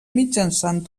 mitjançant